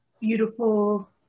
Beautiful